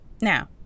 Now